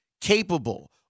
capable